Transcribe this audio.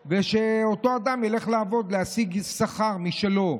שוות, ושאותו אדם ילך לעבוד, להשיג שכר משלו.